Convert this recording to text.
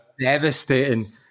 devastating